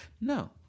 No